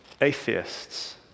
atheists